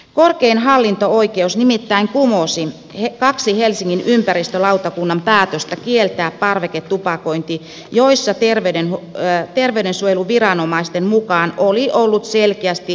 korkein hallinto oikeus nimittäin kumosi kaksi helsingin ympäristölautakunnan päätöstä kieltää parveketupakointi joissa terveydensuojeluviranomaisten mukaan oli ollut selkeästi terveydellistä haittaa